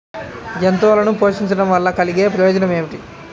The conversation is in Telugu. జంతువులను పోషించడం వల్ల కలిగే ప్రయోజనం ఏమిటీ?